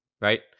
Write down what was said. Right